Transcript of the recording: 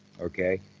okay